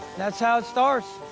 that's how it starts.